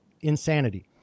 insanity